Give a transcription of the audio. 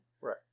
Right